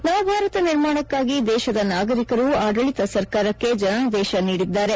ನವಭಾರತ ನಿರ್ಮಾಣಕ್ಕಾಗಿ ದೇಶದ ನಾಗರಿಕರು ಆಡಳಿತ ಸರ್ಕಾರಕ್ಷೆ ಜನಾದೇಶ ನೀಡಿದ್ದಾರೆ